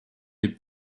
les